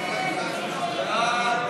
ההצעה